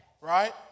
Right